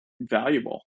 valuable